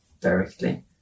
directly